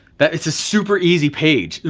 that it's a super easy page.